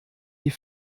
die